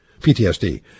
PTSD